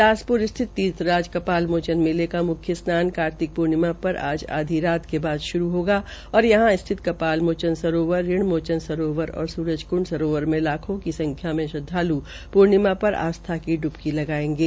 बिलास र स्थित तीर्थ राज क ाल मोचन मेले का मुख्य स्नान कार्तिक प्र्णिमा र आज आधी रात के बाद शुरू होगा और यहां स्थित क ाल मोचन सरोवर ऋण मोचन सरोवर और सूरजक्ंड सरोवर में लाखों की संख्या में श्रद्वालु प्र्णिमा सर आस्था की डुबी लगायेंगे